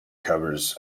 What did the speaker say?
covers